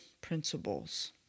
principles